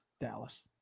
Dallas